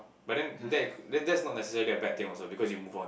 but then that that that's not necessary a bad thing also because you move on